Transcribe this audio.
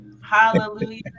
hallelujah